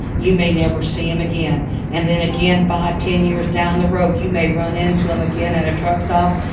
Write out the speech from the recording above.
you may never see him again and then again five, ten years down the road you may run into him again at a truck stop.